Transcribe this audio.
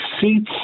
seats